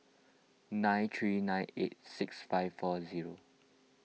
nine three nine eight six five four zero